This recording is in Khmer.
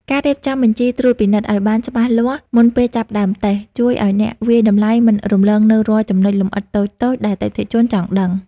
ការរៀបចំបញ្ជីត្រួតពិនិត្យ ឱ្យបានច្បាស់លាស់មុនពេលចាប់ផ្តើមតេស្ត ជួយឱ្យអ្នកវាយតម្លៃមិនរំលងនូវរាល់ចំណុចលម្អិតតូចៗដែលអតិថិជនចង់ដឹង។